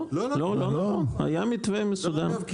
לא, לא היה מתווה מסודר.